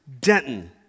denton